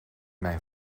mijn